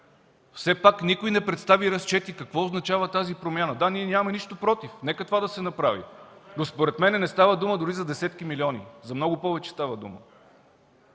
Все пак никой не представи разчети – какво означава тази промяна. Да, ние нямаме нищо против. Нека това да се направи, но според мен не става дума дори за десетки милиони, за много повече става дума.